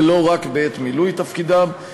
ולא רק בעת מילוי תפקידם,